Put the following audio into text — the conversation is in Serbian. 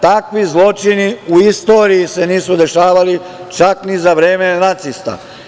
Takvi zločini u istoriji se nisu dešavali, čak ni za vreme nacista.